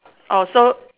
orh so